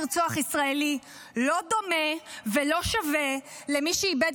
לרצוח ישראלי לא דומה ולא שווה למי שאיבד